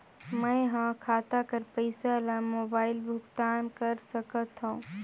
मैं ह खाता कर पईसा ला मोबाइल भुगतान कर सकथव?